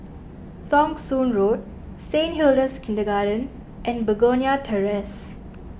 Thong Soon Road Saint Hilda's Kindergarten and Begonia Terrace